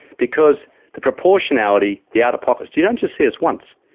because the proportionality, the out-of-pocket, you don't just see us once,